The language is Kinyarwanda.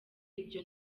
ibyo